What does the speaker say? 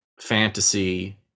fantasy